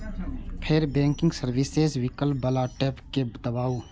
फेर banking services विकल्प बला टैब कें दबाउ